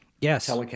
Yes